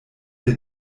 der